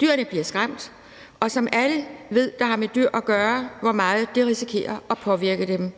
Dyrene bliver skræmt, og alle, der har med dyr at gøre, ved, hvor meget det risikerer at påvirke dem.